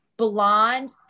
blonde